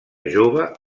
jove